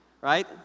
right